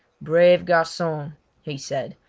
brave garcon he said.